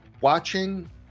watching